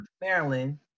Maryland